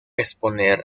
exponer